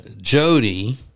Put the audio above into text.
Jody